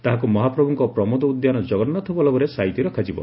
ତାହାକୁ ମହାପ୍ରଭୁଙ୍କ ପ୍ରମୋଦ ଉଦ୍ୟାନ ଜଗନ୍ନାଥ ବଲ୍ଲଭରେ ସାଇତି ରଖାଯିବ